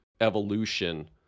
evolution